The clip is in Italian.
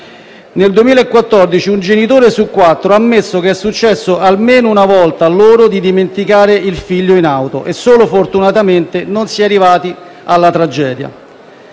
Nel 2014 un genitore su quattro ha ammesso che gli è successo almeno una volta di dimenticare il figlio in auto e solo fortunatamente non si è arrivati alla tragedia.